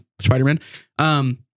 Spider-Man